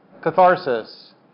catharsis